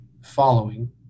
following